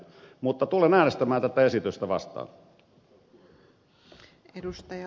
mutta tulen äänestämään tätä esitystä vastaan